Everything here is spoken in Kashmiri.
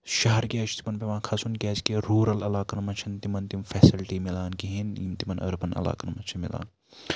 شَہر کیاز چھُ تِمن پیٚوان کھَژُن کیازکہِ روٗرَل علاقَن منٛز چھِنہٕ تِمن تِم فیسلٹی مِلان کِہیٖنۍ یِم تِمن أربن علاقن منٛز چھِ مِلان